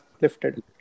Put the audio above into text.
lifted